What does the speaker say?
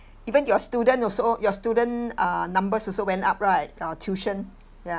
even your student also your student uh numbers also went up right uh tuition ya